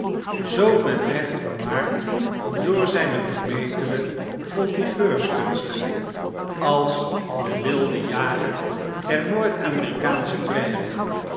zoo met recht vermaard door zijne vermetele voltigeurs kunsten als de wilde jager der noord-amerikaansche prairien